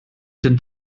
den